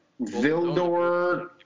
Vildor